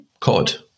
COD